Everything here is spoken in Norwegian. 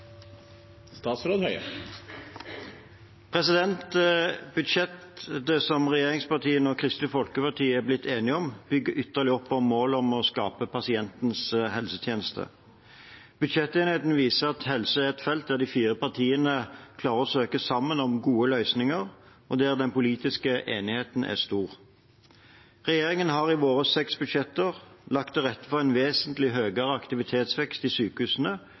Kristelig Folkeparti er blitt enige om, bygger ytterligere opp om målet om å skape pasientens helsetjeneste. Budsjettenigheten viser at helse er et felt der de fire partiene klarer å søke sammen om gode løsninger, og der den politiske enigheten er stor. Regjeringen har i sine seks budsjetter lagt til rette for en vesentlig høyere aktivitetsvekst i sykehusene